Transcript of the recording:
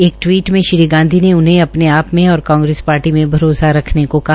एक टवीट में श्री गांधी ने उन्हें अ ने आ में और कांग्रेस शार्टी में भरोसा रखने को कहा